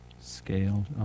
scaled